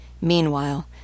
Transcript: Meanwhile